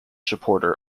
supporter